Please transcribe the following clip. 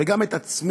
וגם את עצמי,